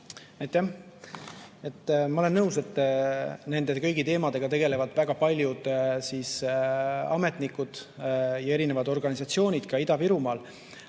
Ma olen nõus, et kõigi nende teemadega tegelevad väga paljud ametnikud ja erinevad organisatsioonid ka Ida-Virumaal.